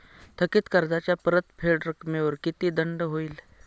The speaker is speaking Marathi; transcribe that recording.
थकीत कर्जाच्या परतफेड रकमेवर किती दंड होईल?